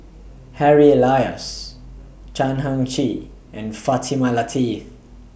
Harry Elias Chan Heng Chee and Fatimah Lateef